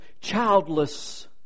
childless